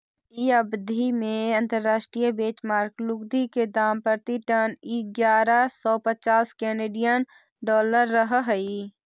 इ अवधि में अंतर्राष्ट्रीय बेंचमार्क लुगदी के दाम प्रति टन इग्यारह सौ पच्चास केनेडियन डॉलर रहऽ हई